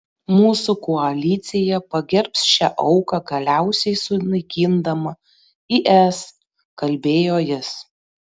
mūsų koalicija pagerbs šią auką galiausiai sunaikindama is kalbėjo jis